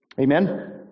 Amen